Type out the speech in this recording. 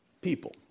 people